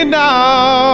now